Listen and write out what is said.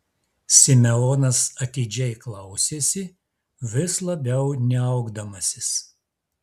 simeonas atidžiai klausėsi vis labiau niaukdamasis